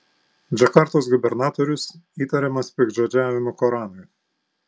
džakartos gubernatorius įtariamas piktžodžiavimu koranui